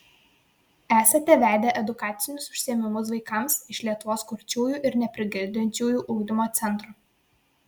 esate vedę edukacinius užsiėmimus vaikams iš lietuvos kurčiųjų ir neprigirdinčiųjų ugdymo centro